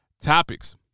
topics